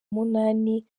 munani